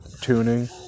tuning